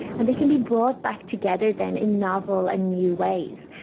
and they can be brought back together then in novel and new ways.